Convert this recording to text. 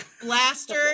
Blaster